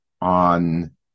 on